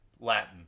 Latin